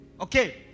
Okay